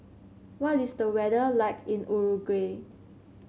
what is the weather like in Uruguay